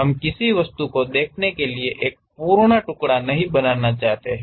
हम किसी वस्तु को देखने के लिए एक पूर्ण टुकड़ा नहीं बनाना चाहते हैं